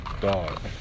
Dog